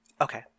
Okay